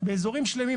באזורים שלמים,